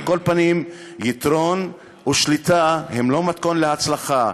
על כל פנים, יתרון או שליטה הוא לא מתכון להצלחה.